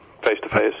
face-to-face